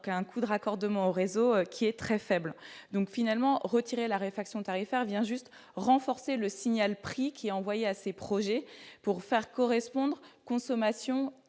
aucun coût de raccordement au réseau, qui est très faible, donc finalement retiré la réfection tarifaire vient juste renforcé le signal prix qui a envoyé à ses projets pour faire correspondre consommation